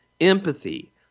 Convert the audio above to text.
empathy